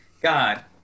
God